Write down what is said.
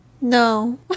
no